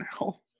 now